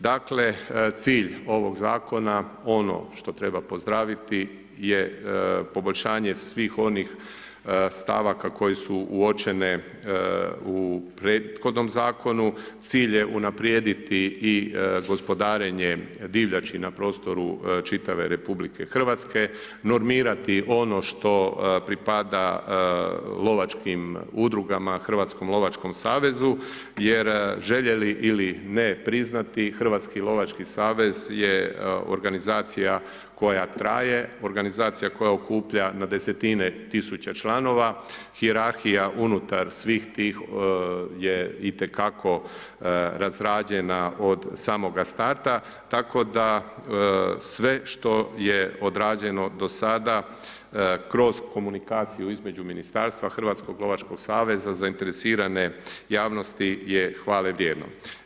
Dakle, cilj ovog zakona, ono što treba pozdraviti je poboljšanje svih onih stavaka koji su uočene u prethodnom zakonu, cilj je unaprijediti i gospodarenje divljači na prostoru čitave Republike Hrvatske, normirati ono što pripada lovačkim udrugama, Hrvatskom lovačkom savezu, jer željeli ili ne priznati, Hrvatski lovački savez je organizacija koja traje, organizacija koja okuplja na desetine tisuća članova, hijerarhija unutar svih tih je itekako razrađena od samoga starta, tako da sve što je odrađeno do sada kroz komunikaciju između Ministarstva Hrvatskog lovačkog saveza zainteresirani javnosti je hvale vrijedno.